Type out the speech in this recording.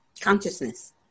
Consciousness